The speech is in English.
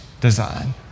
design